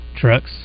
trucks